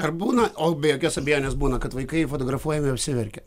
ar būna o be jokios abejonės būna kad vaikai fotografuojami apsiverkia